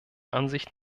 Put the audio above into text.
ansicht